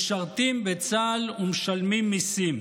משרתים בצה"ל ומשלמים מיסים.